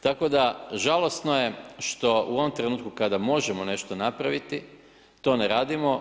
Tako da, žalosno je, što u ovom trenutku kada možemo nešto napraviti, to ne radimo.